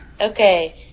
Okay